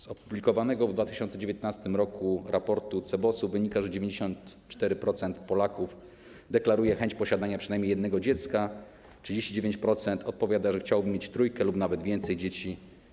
Z opublikowanego w 2019 r. raportu CBOS-u wynika, że 94% Polaków deklaruje chęć posiadania przynajmniej jednego dziecka, a 39% odpowiada, że chciałoby mieć trójkę lub nawet więcej dzieci.